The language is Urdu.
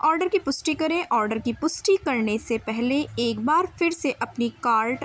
آڈر کی پشٹی کریں آڈر کی پشٹی کرنے سے پہلے ایک بار پھر سے اپنی کارٹ